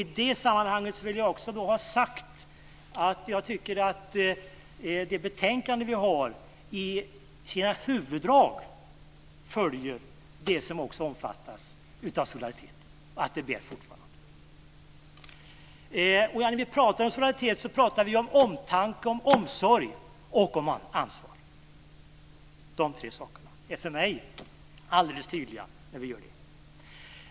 I det här sammanhanget vill jag ha sagt att betänkandet i sina huvuddrag följer det som omfattas av solidariteten. Det bär fortfarande. När vi pratar om solidaritet pratar vi om omtanke, omsorg och ansvar. De tre sakerna är för mig alldeles tydliga när vi gör det.